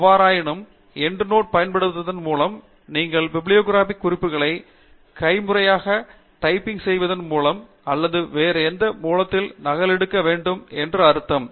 எவ்வாறாயினும் EndNote ஐப் பயன்படுத்துவதன் மூலம் நீங்கள் பிப்லியோகிராபிக் குறிப்புகளை கைமுறையாக டைப்பிங் செய்வதன் மூலம் அல்லது வேறு எந்த மூலத்திலிருந்து நகலெடுக்க வேண்டும் என்று அர்த்தம்